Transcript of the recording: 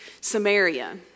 Samaria